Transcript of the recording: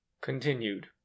Continued